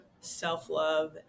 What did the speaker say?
self-love